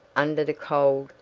under the cold,